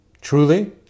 truly